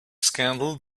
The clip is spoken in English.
scandal